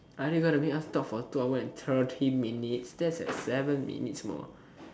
are they gonna make us talk for two hours and thirty minutes that is like thirty minutes more